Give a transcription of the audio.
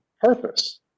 purpose